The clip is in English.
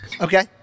Okay